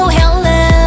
hello